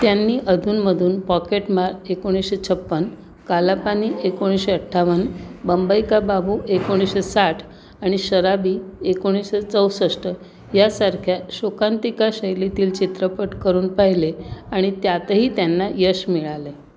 त्यांनी अधूनमधून पॉकेटमार एकोणीशे छप्पन कालापानी एकोणीशे अठ्ठावन बंबईका बाबू एकोणीसशे साठ आणि शराबी एकोणीसशे चौसष्ट यासारख्या शोकाांतिका शैलीतील चित्रपट करून पाहिले आणि त्यातही त्यांना यश मिळाले